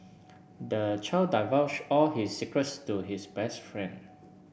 the child divulged all his secrets to his best friend